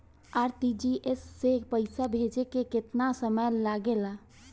RTGS से पैसा भेजे में केतना समय लगे ला?